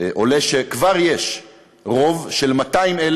עולה שכבר יש רוב של 200,000